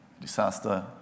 disaster